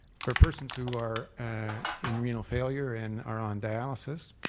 for persons who are in renal failure and are on dialysis,